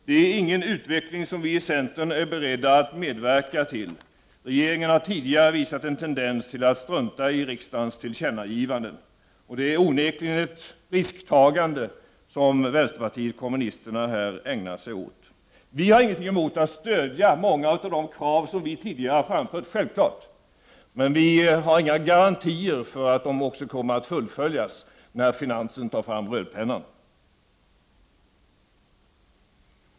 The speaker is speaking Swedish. Det är ingen utveckling som vi i centern är beredda att medverka till. Regeringen har tidigare visat en tendens till att strunta i riksdagens tillkännagivanden. Det är onekligen ett risktagande som vpk här ägnar sig åt. Vi har självfallet ingenting emot att stödja många av de förslag vi tidigare har framfört. Men vi har ingen garanti för att de också kommer att fullföljas när finansen tar fram rödpennan.